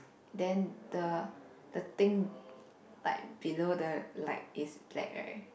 then the the thing like below the light is black right